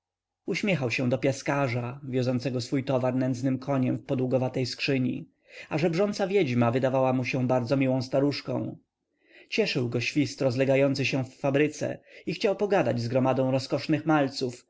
uśmiechał się do piaskarza wiozącego swój towar nędznym koniem w podługowatej skrzyni a żebrząca wiedźma wydała mu się bardzo miłą staruszką cieszył go świst rozlegający się w fabryce i chciał pogadać z gromadką rozkosznych malców